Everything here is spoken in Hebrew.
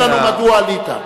תסביר לנו מדוע עלית.